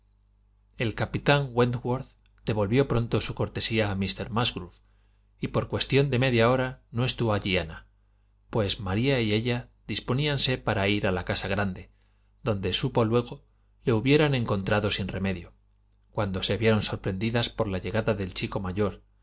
el capitán wentworfh devolvió pronto su cortesía a míster musgrove y por cuestión de media hora no estuvo allí ana pues maría y ella disponíanse para ir a la casa grande donde según supo luego le hubieran encontrado sin remedio cuando se vieron sorprendidas por la llegada del chico mayor